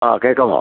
ആ കേൾക്കാമോ